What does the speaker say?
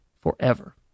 forever